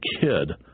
kid